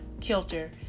kilter